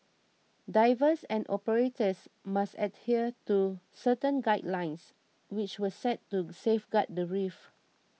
divers and operators must adhere to certain guidelines which were set to safeguard the reef